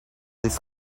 this